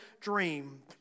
dream